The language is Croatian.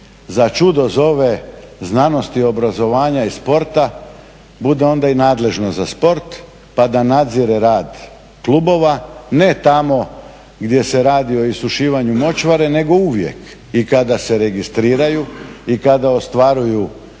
za čudo zove znanost i obrazovanja i sporta bude onda i nadležno za sport, pa da nadzire rad klubova ne tamo gdje se radi o isušivanju močvare nego uvijek i kada se registriraju i kada ostvaruju